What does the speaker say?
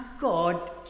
God